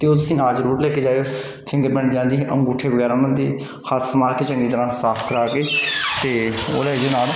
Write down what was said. ਅਤੇ ਉਹ ਤੁਸੀਂ ਨਾਲ ਜ਼ਰੂਰ ਲੈ ਕੇ ਜਾਇਓ ਫਿੰਗਰ ਪ੍ਰਿੰਟ ਲੈਣ ਦੀ ਅੰਗੂਠੇ ਵਗੈਰਾ ਉਹਨਾਂ ਦੇ ਹੱਥ ਸਵਾਰ ਕੇ ਚੰਗੀ ਤਰ੍ਹਾਂ ਸਾਫ ਕਰਾ ਕੇ ਅਤੇ ਉਹਦੇ ਨਾਲ